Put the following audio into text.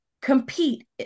compete